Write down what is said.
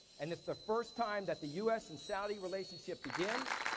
and it's the first time that the us and saudi relationship begins,